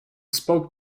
spoke